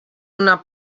una